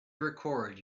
record